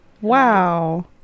wow